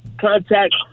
contact